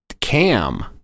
Cam